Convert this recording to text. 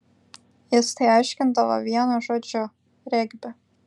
jis tai aiškindavo vienu žodžiu regbi